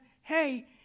hey